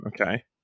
Okay